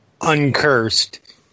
Uncursed